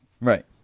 Right